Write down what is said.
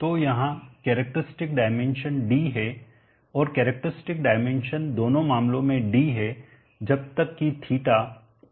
तो यहाँ characteristic dimension d है और कैरेक्टरस्टिक डायमेंशन दोनों मामलों में d है जब तक कि θ 500 से कम है